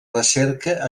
recerca